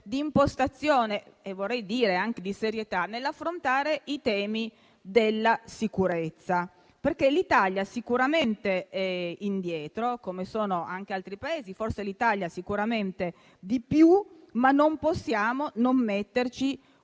di impostazione, e vorrei dire anche di serietà, nell'affrontare i temi della sicurezza. L'Italia è sicuramente indietro, come lo sono anche altri Paesi (ma l'Italia lo è sicuramente di più). Non possiamo non metterci